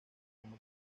como